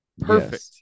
Perfect